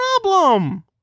problem